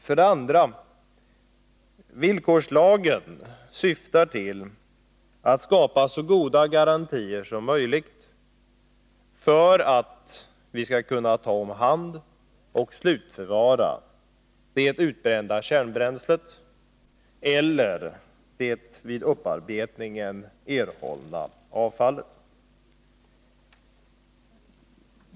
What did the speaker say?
För det andra: Villkorslagen syftar till att skapa så goda garantier som möjligt för att vi skall kunna ta om hand och slutförvara det utbrända kärnbränslet, eller det vid upparbetningen erhållna avfallet.